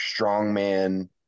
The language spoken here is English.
strongman –